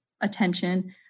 attention